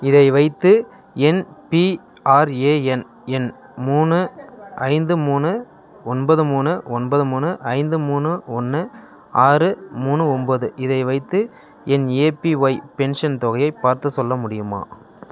இதை வைத்து என் பிஆர்ஏஎன் எண் மூணு ஐந்து மூணு ஒன்பது மூணு ஒன்பது மூணு ஐந்து மூணு ஒன்று ஆறு மூணு ஒம்பது இதை வைத்து என் ஏபிஒய் பென்ஷன் தொகையை பார்த்துச் சொல்ல முடியுமா